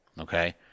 Okay